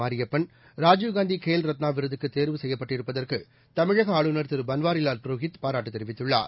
மாரியப்பன் ராஜீவ் காந்தி கேல்ரத்னா விருதுக்கு தேர்வு செய்யப்பட்டிருப்பதற்கு தமிழக ஆளுநர் திரு பள்வாரி வால் புரோஹித் பாராட்டு தெரிவித்துள்ளார்